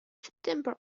september